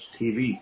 TV